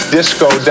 Disco